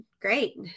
Great